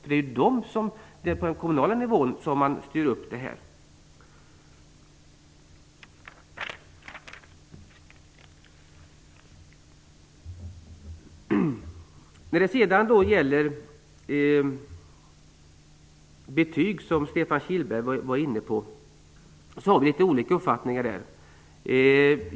Det är på den kommunala nivån som man styr upp detta. Stefan Kihlberg var inne på betygen. Där har vi litet olika uppfattningar.